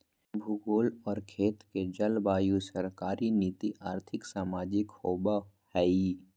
भूगोल और खेत के जलवायु सरकारी नीति और्थिक, सामाजिक होबैय हइ